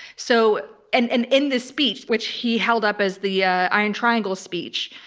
so and and in this speech, which he held up as the yeah iron triangle speech,